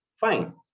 fine